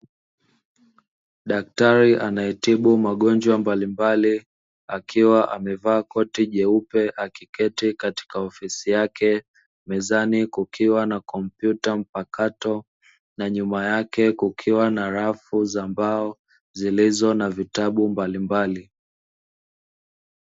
Daktari anayetibu magonjwa mbalimbali akiwa amevaa koti jeupe akiketi katika ofisi yake, mezani kukiwa na kompyuta mpakato na nyuma yake kukiwa na rafu za mbao zenye vitabu vya aina mbalimbali.